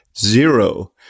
Zero